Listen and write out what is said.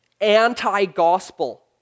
anti-gospel